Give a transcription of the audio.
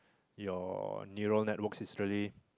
your neural network is really